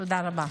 תודה רבה.